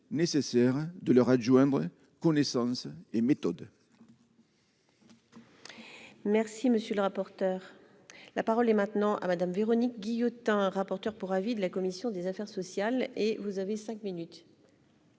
nécessaire de leur adjoindre connaissance et méthode.